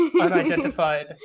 Unidentified